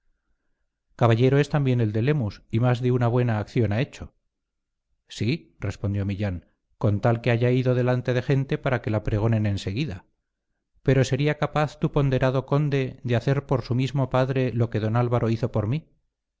caballero es también el de lemus y más de una buena acción ha hecho sí respondió millán con tal que haya ido delante de gente para que la pregonen enseguida pero sería capaz tu ponderado conde de hacer por su mismo padre lo que don álvaro hizo por mí